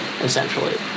essentially